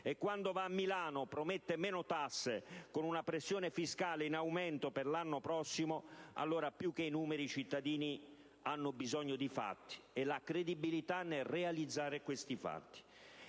e quando va a Milano promette meno tasse con una pressione fiscale in aumento per l'anno prossimo, allora più che di numeri i cittadini hanno bisogno di fatti e di credibilità nel realizzare questi fatti.